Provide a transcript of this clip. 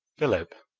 philip!